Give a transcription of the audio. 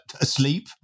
asleep